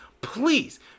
please